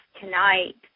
tonight